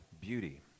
beauty